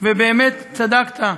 ובאמת צדקת,